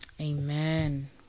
Amen